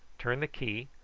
turned the key,